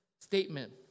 statement